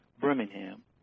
Birmingham